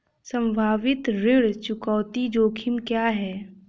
संभावित ऋण चुकौती जोखिम क्या हैं?